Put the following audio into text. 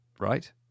Right